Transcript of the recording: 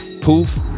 Poof